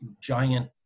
giant